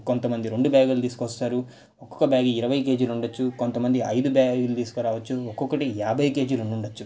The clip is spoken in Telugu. కొంతమంది రెండు బ్యాగులు తీసుకొస్తారు ఒక్కొక్క బ్యాగు ఇరవై కేజీలుండొచ్చు కొంతమంది ఐదు బ్యాగులు తీసుకురావచ్చు ఒక్కొక్కటి యాభై కేజీలుండుండొచ్చు